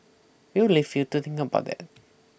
we'll leave you to think about that